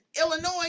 Illinois